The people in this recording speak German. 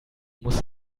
muss